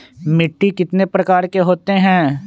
मिट्टी कितने प्रकार के होते हैं?